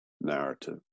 narrative